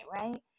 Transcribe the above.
right